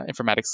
informatics